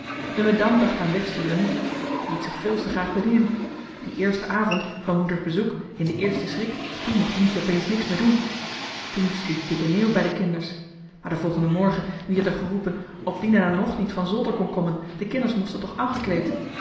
dacht aan wegsturen niet liet zich veuls te graag bedienen dien eersten avond van moeders bezoek in den eersten schrik toen mocht dientje opeens niks meer doen toen sliep dikke neel bij de kinders maar de volgende morgen wier d'er geroepen of dina nou ng niet van zolder kon kommen de kinders mosten toch angekleed